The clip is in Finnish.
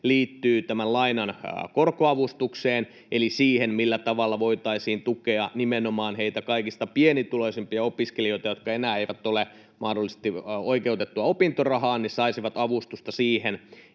liittyy tämän lainan korkoavustukseen eli siihen, millä tavalla voitaisiin tukea nimenomaan kaikista pienituloisimpia opiskelijoita, jotka eivät enää ole mahdollisesti oikeutettuja opintorahaan, niin että he saisivat avustusta siihen,